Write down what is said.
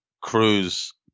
Cruz